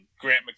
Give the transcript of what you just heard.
Grant